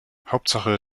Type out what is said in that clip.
hauptsache